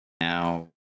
now